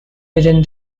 within